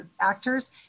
actors